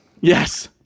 Yes